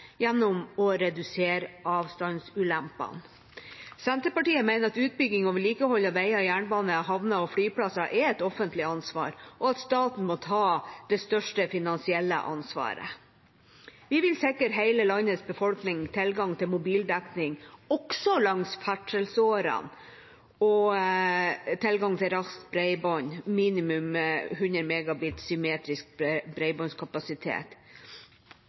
gjennom å redusere avstandsulempene. Senterpartiet mener at utbygging og vedlikehold av veier, jernbane, havner og flyplasser er et offentlig ansvar, og at staten må ta det største finansielle ansvaret. Vi vil sikre hele landets befolkning tilgang til mobildekning, også langs ferdselsårene, og tilgang til raskt bredbånd, minimum 100 Mbit/s symmetrisk